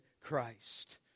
Christ